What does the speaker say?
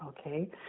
Okay